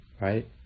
Right